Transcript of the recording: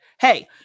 Hey